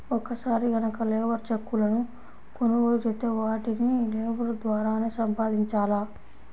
ఒక్కసారి గనక లేబర్ చెక్కులను కొనుగోలు చేత్తే వాటిని లేబర్ ద్వారానే సంపాదించాల